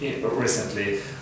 recently